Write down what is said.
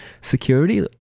security